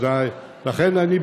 אני,